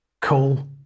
coal